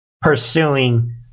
pursuing